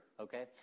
okay